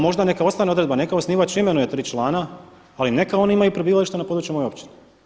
Možda neka ostane odredba, neka osnivač imenuje 3 člana ali neka oni imaju prebivalište na području moje općine.